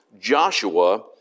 Joshua